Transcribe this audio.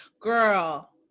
Girl